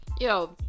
Yo